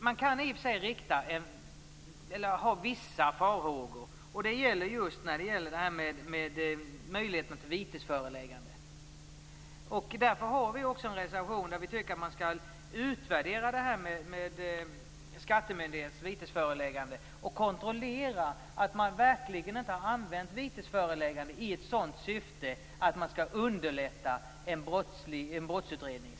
Man kan hysa vissa farhågor när det gäller möjligheten till vitesförelägganden. Därför har också vi i Vänsterpartiet en reservation där vi tycker att man skall utvärdera skattemyndigheternas möjlighet till vitesförelägganden och kontrollera att vitesförelägganden verkligen inte används i syfte att underlätta en skattebrottsutredning.